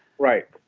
right.